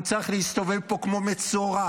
הוא צריך להסתובב פה כמו מצורע,